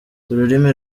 ururimi